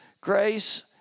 grace